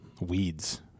Weeds